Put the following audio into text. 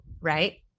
Right